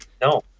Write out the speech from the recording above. No